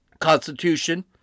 constitution